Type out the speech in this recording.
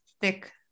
thick